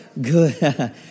good